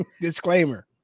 Disclaimer